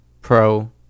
pro